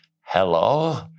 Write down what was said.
Hello